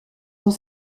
dans